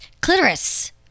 clitoris